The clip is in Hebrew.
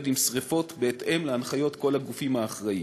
עם שרפות בהתאם להנחיות כל הגופים האחראים.